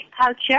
culture